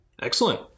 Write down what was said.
Excellent